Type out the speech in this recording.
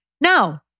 No